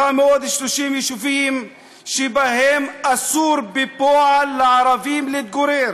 930 יישובים שבהם אסור בפועל לערבים להתגורר.